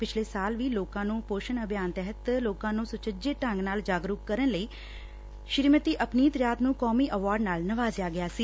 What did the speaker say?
ਪਿਛੇ ਸਾਲ ਵੀ ਲੋਕਾ ਨੂੰ ਪੋਸ਼ਣ ਅਭਿਆਨ ਤਹਿਤ ਲੋਕਾਂ ਨੂੰ ਸੁਚੱਜੇ ਢੰਗ ਨਾਲ ਜਾਗਰੁਕ ਕਰਨ ਲਈ ਸ੍ਰੀਮਤੀ ਅਪਨੀਤ ਰਿਆਤ ਨੂੰ ਕੌਮੀ ਐਵਾਰਡ ਨਾਲ ਨਿਵਾਜਿਆ ਗਿਆ ਸੀ